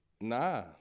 Nah